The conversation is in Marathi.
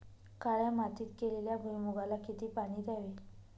काळ्या मातीत केलेल्या भुईमूगाला किती पाणी द्यावे?